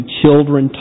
children